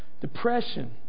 Depression